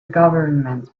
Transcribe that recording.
government